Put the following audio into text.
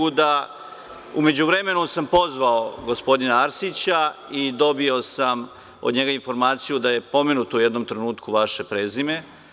U međuvremenu sam pozvao gospodina Arsića i dobio sam od njega informaciju da je pomenuto u jednom trenutku vaše prezime.